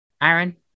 Aaron